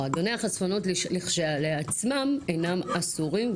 מועדוני החשפנות לכשעצמם אינם אסורים,